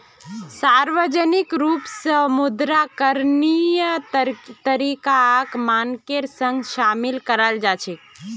सार्वजनिक रूप स मुद्रा करणीय तरीकाक मानकेर संग शामिल कराल जा छेक